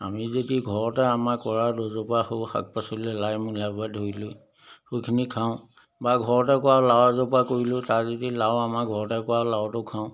আমি যদি ঘৰতে আমাৰ কৰা দুজোপা সৌ শাক পাচলি লাই মূলা পৰা ধৰি লৈ সেইখিনি খাওঁ বা ঘৰতে কৰা লাও এজোপা কৰিলোঁ তাৰ যদি লাও আমাৰ ঘৰতে কৰা লাওটো খাওঁ